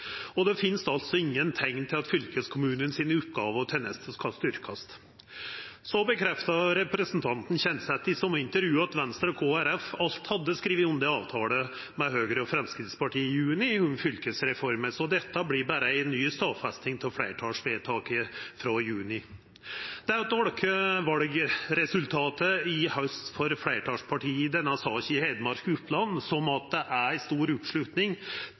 Og det finst altså ingen teikn til at fylkeskommunane sine oppgåver og tenester skal styrkjast. Så bekrefta representanten Kjenseth i det same intervjuet at Venstre og Kristeleg Folkeparti alt hadde skrive under ein avtale med Høgre og Framstegspartiet i juni om fylkesreforma. Så dette vert berre ei ny stadfesting av fleirtalsvedtaket frå juni. Det å tolka valresultatet i haust for fleirtalspartia i Hedmark og Oppland slik at det er stor oppslutning om tvangssamanslåingsprosessen for desse to fylka, er for meg ei stor